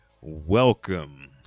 Welcome